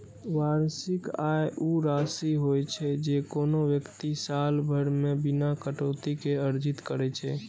वार्षिक आय ऊ राशि होइ छै, जे कोनो व्यक्ति साल भरि मे बिना कटौती के अर्जित करै छै